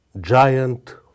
giant